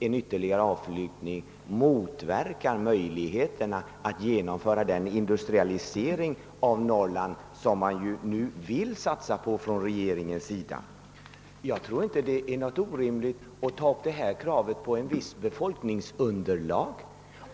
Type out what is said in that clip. En ytterligare avflyttning motverkar därför möjligheterna att genom föra den industrialisering av Norrland som regeringen nu vill satsa på. Jag tycker inte att det är orimligt att ta upp det här kravet på ett visst befolkningsunderlag.